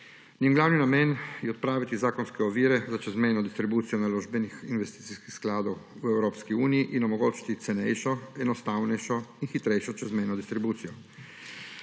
Njen glavni namen je odpraviti zakonske ovire za čezmejno distribucijo naložbenih investicijskih skladov v Evropski uniji in omogočiti cenejšo, enostavnejšo in hitrejšo čezmejno distribucijo.